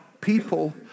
people